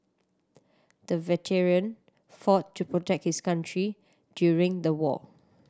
the veteran fought to protect his country during the war